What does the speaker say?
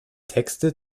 texte